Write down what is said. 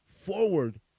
forward